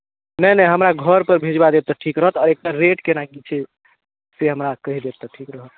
नहि नहि हमरा घरपर भेजबा देब तऽ ठीक रहत आओर एकर रेट केना की छै से हमरा कहि देब तऽ ठीक रहत